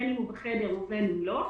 בין אם הוא בחדר ובין אם לא,